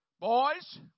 boys